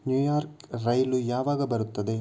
New York rail ಯಾವಾಗ ಬರುತ್ತದೆ